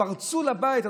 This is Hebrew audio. והתפרצו לבית,